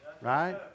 right